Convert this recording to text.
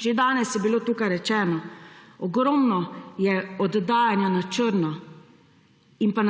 Že danes je bilo tukaj rečeno, ogromno je oddajanja na črno.